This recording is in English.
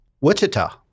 Wichita